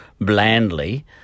blandly